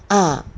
uh